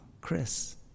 Chris